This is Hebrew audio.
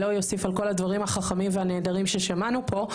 ולא אוסיף על כל הדברים החכמים והנהדרים ששמענו פה.